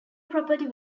property